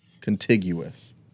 Contiguous